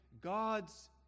God's